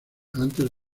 antes